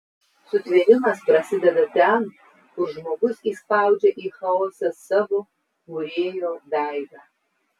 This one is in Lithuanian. sutvėrimas prasideda ten kur žmogus įspaudžia į chaosą savo kūrėjo veidą